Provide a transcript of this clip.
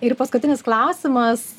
ir paskutinis klausimas